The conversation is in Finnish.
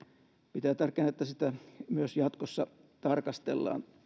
pitää tärkeänä että tuon määrärahan tarvetta myös jatkossa tarkastellaan